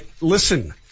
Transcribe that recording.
Listen